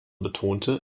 betonte